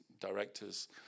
directors